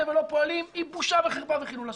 ולא פועלים היא בושה וחרפה וחילול השם.